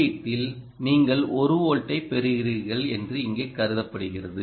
உள்ளீட்டில் நீங்கள் 1 வோல்ட்ஐ பெறுகிறீர்கள் என்று இங்கே கருதப்படுகிறது